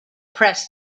press